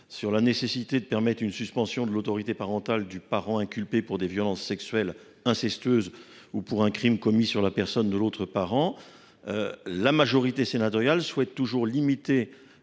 sur la nécessité de permettre la suspension de l’autorité parentale du parent inculpé pour des violences sexuelles incestueuses ou pour un crime commis sur la personne de l’autre parent. Mais, comme en première lecture, la majorité sénatoriale souhaite toujours limiter